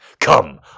Come